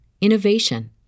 innovation